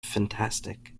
fantastic